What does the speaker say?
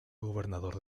gobernador